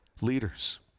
leaders